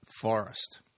forest